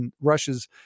Russia's